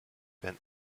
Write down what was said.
wenn